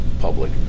public